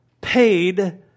paid